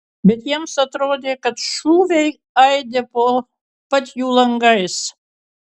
bet jiems atrodė kad šūviai aidi po pat jų langais